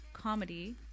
comedy